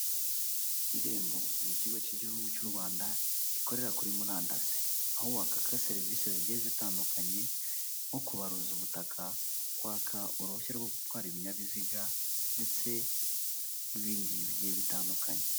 Irembo ni ikigo cy'igihugu cy'u Rwanda gikorera kuri murandasi, aho wakwaka serivise zigiye zitandukanye nko kubaruza ubutaka, kwaka uruhushya rwo gutwara ibinyabiziga ndetse n'ibindi bigiye bitandukanye.